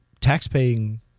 taxpaying